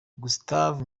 gustave